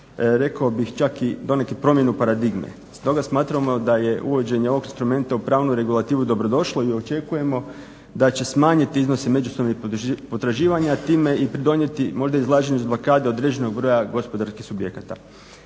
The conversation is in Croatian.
rekao bih čak i donekle promjenu paradigme. Stoga smatramo da je uvođenje ovog instrumenta u pravnu regulativu dobro došlo i očekujemo da će smanjiti iznose međusobnih potraživanja a time i pridonijeti možda izlaženju iz blokade određenog broja gospodarskih subjekata.